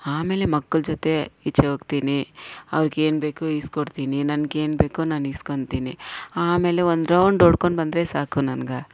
ಆಮೇಲೆ ಮಕ್ಕಳ ಜೊತೆ ಈಚೆ ಹೋಗ್ತೀನಿ ಅವ್ರಿಗೆ ಏನು ಬೇಕೊ ಇಸ್ಕೊಡ್ತೀನಿ ನನಗೆ ಏನು ಬೇಕೊ ನಾನು ಇಸ್ಕೊಂತೀನಿ ಆಮೇಲೆ ಒಂದು ರೌಂಡು ಹೊಡ್ಕೊಂಡು ಬಂದರೆ ಸಾಕು ನನಗೆ